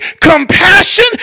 compassion